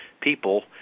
people